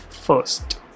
first